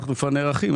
אנחנו כבר נערכים,